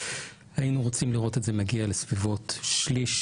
היינו רוצים לראות את זה מגיע לסביבות שליש